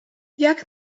jak